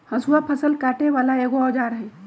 हसुआ फ़सल काटे बला एगो औजार हई